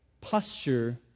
posture